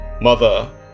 mother